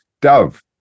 Dove